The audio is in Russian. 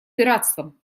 пиратством